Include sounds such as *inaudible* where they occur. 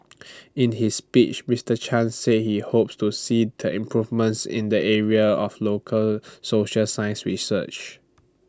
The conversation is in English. *noise* in his speech Mister chan said he hopes to see the improvements in the area of local social science research